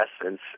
essence